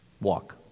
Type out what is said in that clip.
Walk